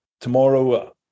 tomorrow